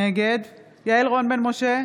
נגד יעל רון בן משה,